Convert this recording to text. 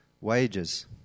wages